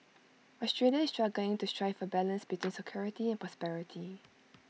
Australia is struggling to strike A balance between security and prosperity